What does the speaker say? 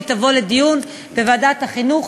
והיא תבוא לדיון בוועדת החינוך,